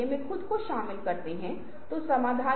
इन भागों को प्राप्त करने के विभिन्न तरीकों को पहचानें